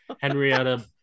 henrietta